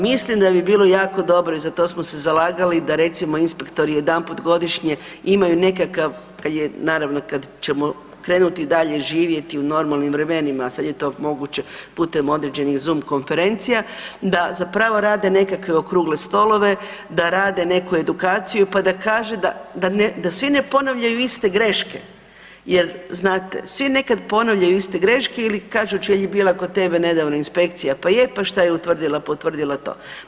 Mislim da bi bilo jako dobro i za to smo se zalagali da recimo inspektori jedanput godišnje imaju nekakav kad je naravno kad ćemo krenuti dalje živjeti u normalnim vremenima, sad je to moguće putem određenih Zoom konferencija da zapravo rade nekakve okrugle stolove, da rade neku edukaciju pa da kaže da svi ne ponavljaju iste greške jer znate svi nekad ponavljaju iste greške ili kažu … kod tebe nedavno inspekcija, pa je, pa šta je utvrdila, pa utvrdila to.